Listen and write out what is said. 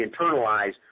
internalize